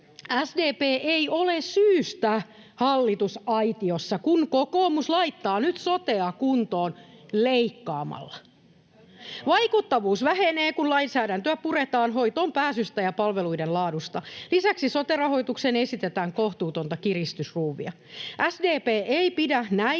SDP ei ole syystä hallitusaitiossa, kun kokoomus laittaa nyt sotea kuntoon leikkaamalla. Vaikuttavuus vähenee, kun lainsäädäntöä puretaan hoitoonpääsystä ja palveluiden laadusta. Lisäksi sote-rahoitukseen esitetään kohtuutonta kiristysruuvia. SDP ei pidä näitä